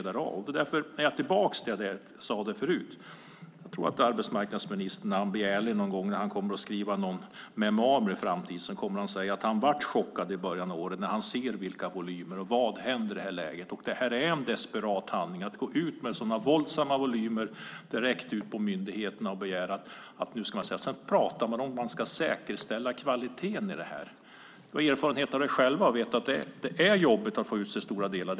Då är jag tillbaka till det jag sade förut: Jag tror att arbetsmarknadsministern, när han blir ärlig någon gång och skriver sina memoarer i framtiden, kommer att säga att han var chockad i början av året när han såg vilka volymer det var. Vad händer i det här läget? Det är en desperat handling att gå ut med så våldsamma volymer direkt mot myndigheterna. Så pratar man om att säkerställa kvaliteten. Av erfarenhet vet jag själv att det är jobbigt att få ut så stora volymer.